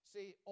See